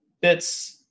bits